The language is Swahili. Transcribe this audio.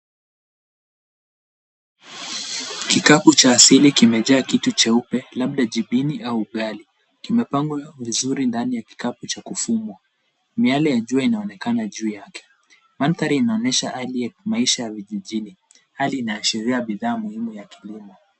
Kikapu cha asili kimejaa kitu cheupe, labda jipini au ghali. Kimepangwa vizuri ndani ya kikapu cha kufumwa. Miale ya jua inaonekana juu yake. Mandhari inaonyesha hali ya maisha ya vijijini. Hali inaashiria bidhaa muhimu ya kilimo.